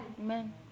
Amen